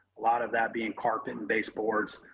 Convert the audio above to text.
a lot of that being carpet, and baseboards,